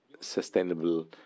sustainable